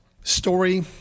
Story